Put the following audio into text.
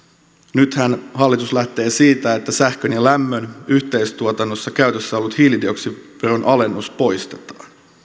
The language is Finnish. nythän hallitus lähtee siitä että sähkön ja lämmön yhteistuotannossa käytössä ollut hiilidioksidiveron alennus poistetaan